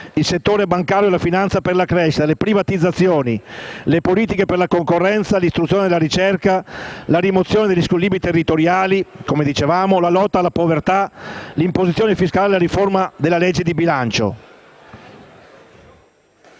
il sistema bancario e la finanza per la crescita, le privatizzazioni, le politiche per la concorrenza, l'istruzione e ricerca, la rimozione degli squilibri territoriali, la lotta alla povertà, l'imposizione fiscale e la riforma della legge di bilancio.